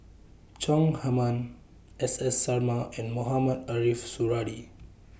Chong Heman S S Sarma and Mohamed Ariff Suradi